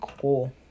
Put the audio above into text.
cool